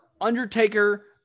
Undertaker